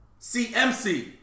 CMC